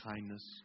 kindness